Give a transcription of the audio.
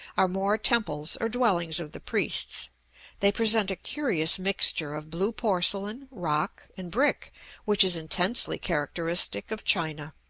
are more temples or dwellings of the priests they present a curious mixture of blue porcelain, rock, and brick which is intensely characteristic of china.